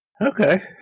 Okay